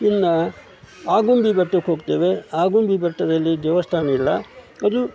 ಇನ್ನೂ ಆಗುಂಬೆ ಬೆಟ್ಟಕ್ಕೆ ಹೋಗ್ತೇವೆ ಆಗುಂಬೆ ಬೆಟ್ಟದಲ್ಲಿ ದೇವಸ್ಥಾನ ಇಲ್ಲ ಅದು